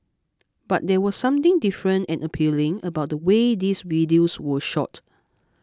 but there was something different and appealing about the way these videos were shot